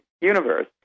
universe